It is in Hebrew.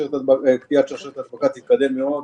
קטיעת שרשרת ההדבקה תתקדם מאוד,